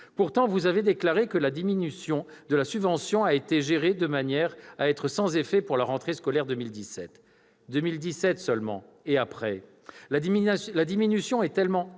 Pourtant, vous avez déclaré que « la diminution de la subvention a été gérée de manière à être sans effet pour la rentrée scolaire 2017 ». Et après 2017 ? La diminution est tellement